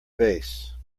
base